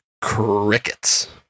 crickets